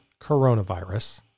coronavirus